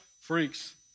freaks